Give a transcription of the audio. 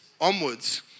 onwards